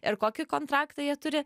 ir kokį kontraktą jie turi